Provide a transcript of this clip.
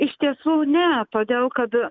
iš tiesų ne todėl kad